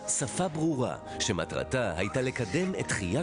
בשה מטעם